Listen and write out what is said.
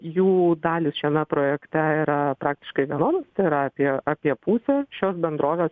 jų dalys šiame projekte yra praktiškai vienodos tai yra apie apie pusę šios bendrovės